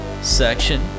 section